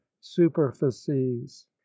superficies